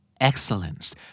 Excellence